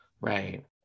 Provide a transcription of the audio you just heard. right